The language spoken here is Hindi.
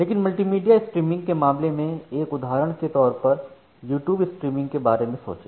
लेकिन मल्टीमीडिया स्ट्रीमिंग के मामले में एक उदाहरण के तौर पर यूट्यूब स्ट्रीमिंग के बारे में सोचें